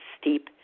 steep